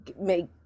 Make